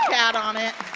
and on it.